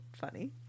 funny